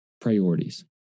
priorities